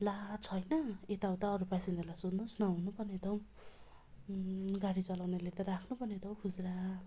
ला छैन यताउता अरू प्यासेन्जरलाई सोध्नु होस् न हुनु पर्ने त हौ गाडी चलाउनेले त राख्नु पर्ने त हौ खुजुरा